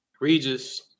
Regis